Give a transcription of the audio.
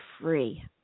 free